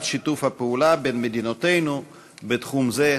שיתוף הפעולה בין מדינותינו גם בתחום זה,